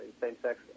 same-sex